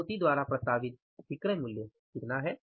मारुति द्वारा प्रस्तावित विक्रय मूल्य कितना है